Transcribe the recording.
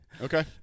Okay